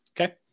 Okay